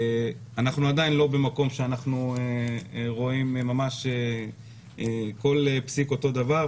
אנחנו עדיין לא במקום שאנחנו רואים ממש כל פסיק אותו הדבר,